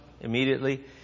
immediately